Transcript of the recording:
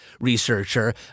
researcher